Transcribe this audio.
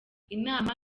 inama